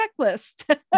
checklist